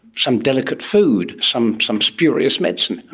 some delicate food, some some spurious medicine, and